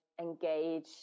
engage